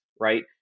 right